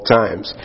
times